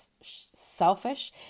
selfish